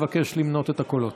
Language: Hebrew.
אבקש למנות את הקולות.